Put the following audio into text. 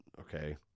okay